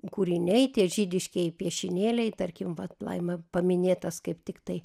kūriniai tie žydiškieji piešinėliai tarkim vat laima paminėtas kaip tiktai